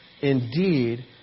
indeed